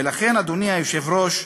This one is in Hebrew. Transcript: ולכן, אדוני היושב-ראש,